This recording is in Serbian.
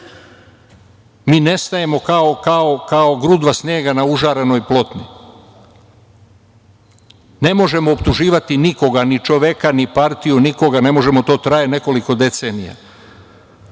Mi nestajemo kao grudva snega na užarenoj plotni. Ne možemo optuživati nikoga, ni čoveka ni partiju, to traje nekoliko decenija.